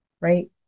right